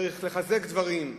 צריך לחזק דברים.